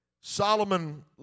Solomon